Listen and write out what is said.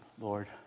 Lord